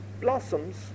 blossoms